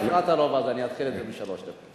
יש עוד מישהו שרוצה הצעה אחרת?